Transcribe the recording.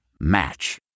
Match